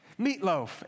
Meatloaf